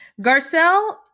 Garcelle